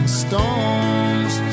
storms